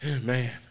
Man